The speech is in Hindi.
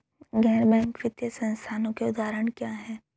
गैर बैंक वित्तीय संस्थानों के उदाहरण क्या हैं?